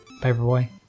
Paperboy